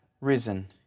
risen